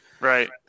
Right